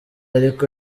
ariko